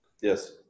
Yes